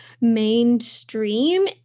mainstream